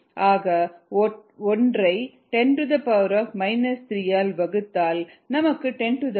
ஆக ஒன்றை 10 3 ஆல் வகுத்தால் நமக்கு 103 கிடைக்கும்